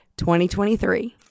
2023